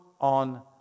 on